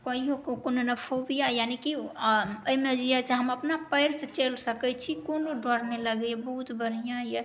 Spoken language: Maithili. कहियो कोनो नहि फोबिया यानि कि एहिमे जे यऽ हम अपना पएर सऽ चलि सकैत छी कोनो डर नहि लगैए बहुत बढ़िऑं यऽ